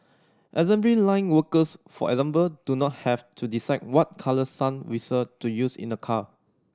assembly line workers for example do not have to decide what colour sun visor to use in a car